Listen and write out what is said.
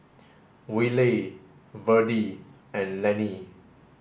Wylie Verdie and Lennie